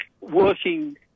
working